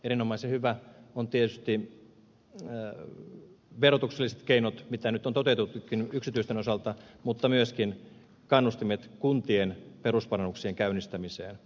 erinomaisen hyviä ovat tietysti verotukselliset keinot mitä nyt on toteutettukin yksityisten osalta mutta niin ovat myöskin kannustimet kunnille perusparannuksien käynnistämiseen